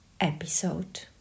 episode